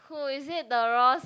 who is it the Ross